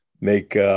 Make